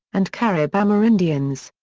and carib amerindians.